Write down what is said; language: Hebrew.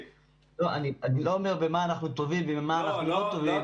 אני לא אומר במה אנחנו טובים ובמה אנחנו לא טובים -- לא